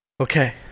Okay